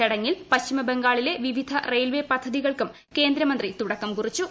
ചടങ്ങിൽ പ്രിച്ചിമ്ബംഗാളിലെ വിവിധ റെയിൽവേ പദ്ധതികൾക്കും ക്ക്യേന്ദ്രമന്ത്രി തുടക്കം കുറിച്ചു